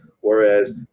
whereas